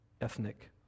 Ethnic